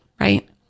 right